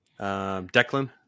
declan